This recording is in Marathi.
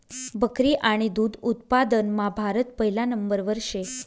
बकरी आणि दुध उत्पादनमा भारत पहिला नंबरवर शे